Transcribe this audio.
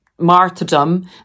martyrdom